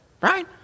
right